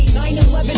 9-11